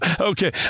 Okay